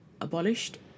abolished